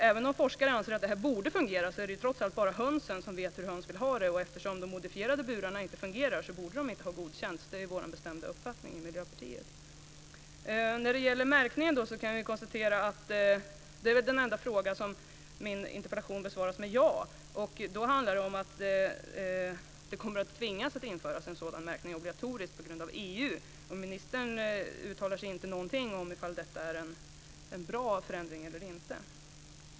Även om forskare anser att detta borde fungera är det trots allt bara hönsen som vet hur höns vill ha det. Och eftersom de modifierade burarna inte fungerar så borde de inte ha godkänts. Det är vår bestämda uppfattning i Miljöpartiet. När det gäller märkningen kan jag konstatera att det är den enda frågan i min interpellation som besvaras med ja. Då handlar det om att man kommer att tvingas att införa en sådan märkning. Det blir obligatoriskt på grund av EU. Och ministern uttalar sig inte någonting om ifall detta är en bra förändring eller inte.